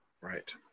right